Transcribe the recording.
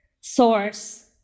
source